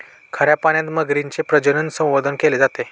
खाऱ्या पाण्यात मगरीचे प्रजनन, संवर्धन केले जाते